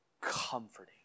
comforting